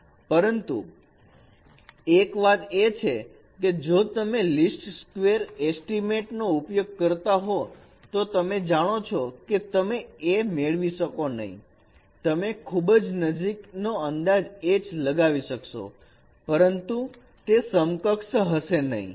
પરંતુ એક વાત એ છે કે જો તમે લીસ્ટ સ્ક્વેર એસ્ટીમેટ નો ઉપયોગ કરતા હો તો તમે જાણો છો કે તમે a મેળવી શકશો નહીં તમે ખૂબ જ નજીકનો અંદાજ H લગાવી શકશો પરંતુ તે સમકક્ષ હશે નહીં